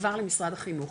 עבר למשרד החינוך,